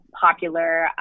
popular